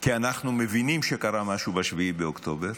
כי אנחנו מבינים שקרה משהו ב-7 באוקטובר,